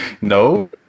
No